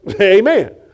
Amen